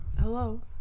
hello